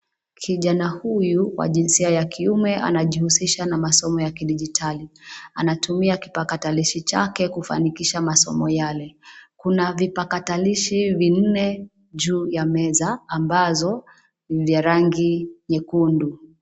Kijana huyu wa jinsia ya kiume anjihusisha na masomo ya kidijitali, anatumia kipakatilishi chake kufanikisha masomo yake, kuna vipakatilishi vinne, juu ya meza ambazo, ni vya rangi, nyekundu.